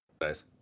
Nice